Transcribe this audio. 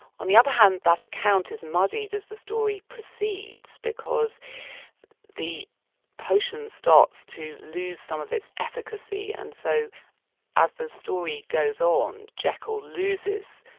on the other hand, that account, is muddied as the story proceeds, because the potion starts to lose some of its efficacy, and so as the story goes on, jekyll loses,